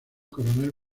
coronel